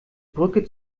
brücke